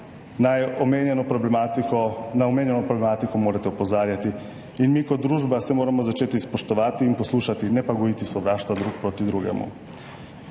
na omenjeno problematiko morate opozarjati. In mi kot družba se moramo začeti spoštovati in poslušati, ne pa gojiti sovraštva drug do drugega.